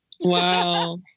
wow